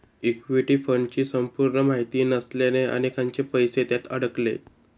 equity फंडची संपूर्ण माहिती नसल्याने अनेकांचे पैसे त्यात अडकले